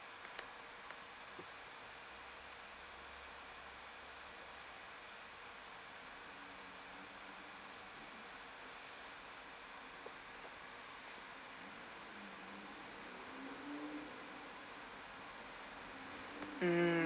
mm